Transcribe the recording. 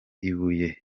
ibuye